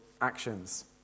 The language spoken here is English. actions